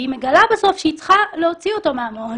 והיא מגלה בסוף שהיא צריכה להוציא אותו מהמעון